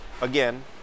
again